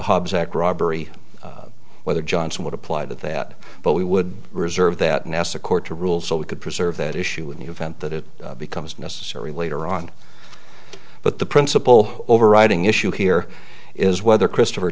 hobbs act robbery whether johnson would apply that that but we would reserve that nasa court to rule so we could preserve that issue in the event that it becomes necessary later on but the principle overriding issue here is whether christopher